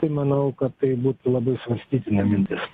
tai manau kad tai būtų labai svarstytina mintis